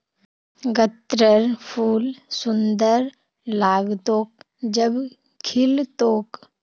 गत्त्रर फूल सुंदर लाग्तोक जब खिल तोक